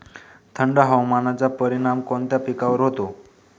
थंड हवामानाचा परिणाम कोणत्या पिकावर होतो?